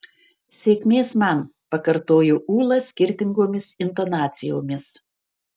sėkmės man pakartojo ūla skirtingomis intonacijomis